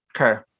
Okay